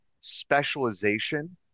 specialization